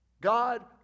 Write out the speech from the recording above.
God